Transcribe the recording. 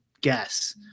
guess